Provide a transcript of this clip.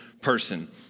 person